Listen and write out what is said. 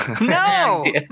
No